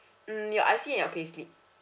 mm your I_C and your payslip